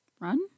Run